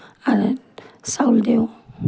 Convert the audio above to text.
আৰু চাউল দিওঁ